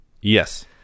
yes